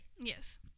Yes